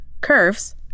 Curves